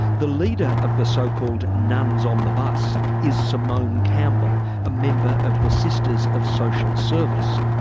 the leader of the so-called nuns on the bus is simone campbell a member of the sisters of social service.